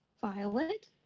Violet